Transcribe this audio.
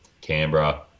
Canberra